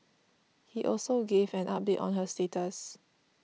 he also gave an update on her status